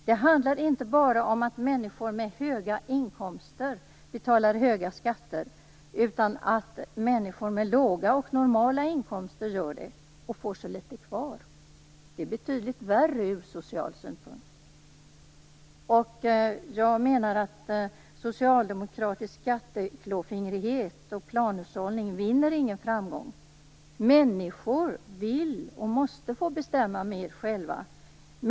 Det handlar inte bara om att människor med höga inkomster betalar höga skatter, utan om att människor med låga och normala inkomster gör det och får så litet kvar. Det är betydligt värre ur social synpunkt. Jag menar att socialdemokratisk skatteklåfingrighet och planhushållning inte vinner någon framgång. Människor vill och måste få bestämma mer själva.